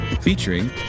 Featuring